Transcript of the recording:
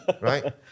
right